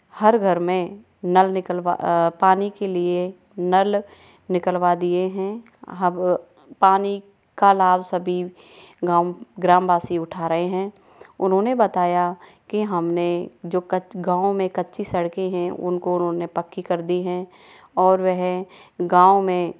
हर घर में नल निकलवा पानी के लिए नल निकलवा दिए हैं अब पानी का लाभ सभी गाम ग्रामवासी उठा रहें हैं उन्होंने बताया की जो हम ने जो गाँव में कच्ची सड़कें हैं उनको उन्होंने पक्की कर दी हैं और वह गाँव में